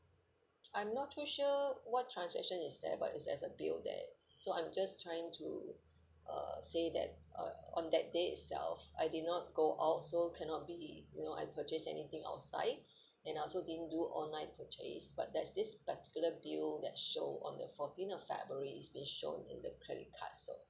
I'm not too sure what transaction is that but it has a bill there so I'm just trying to uh say that uh on that day itself I did not go out so cannot be you know I purchase anything outside and I also didn't do online purchase but there's this particular bill that show on the fourteen of february it's been shown in the credit card so